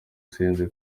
zihenze